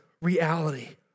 reality